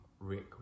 Rick